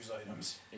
items